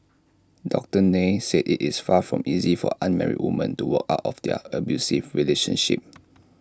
doctor Nair said IT is far from easy for unmarried women to walk out of their abusive relationships